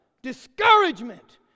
discouragement